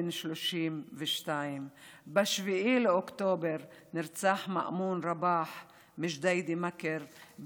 בן 32. ב-7 באוקטובר נרצח מאמון רבאח מג'דידה-מכר,